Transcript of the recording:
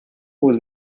was